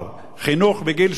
חינוך מגיל שלוש?